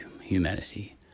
humanity